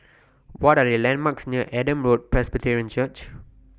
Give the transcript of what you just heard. What Are The landmarks near Adam Road Presbyterian Church